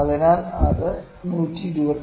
അതിനാൽ ഇത് 127